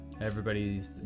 everybody's